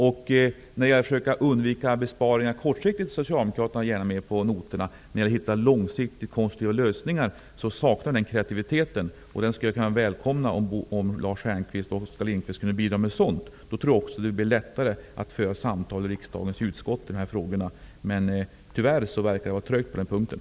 När det gäller att försöka undvika besparingar kortsiktigt är Socialdemokraterna gärna med på noterna, men när det gäller att hitta långsiktiga, konstruktiva lösningar saknar de kreativitet. Jag skulle välkomna om Lars Stjernkvist och Oskar Lindkvist kunde bidra med sådant. Då tror jag att det skulle bli lättare att föra samtal i riksdagens utskott i de här frågorna. Tyvärr verkar det vara trögt på den punkten.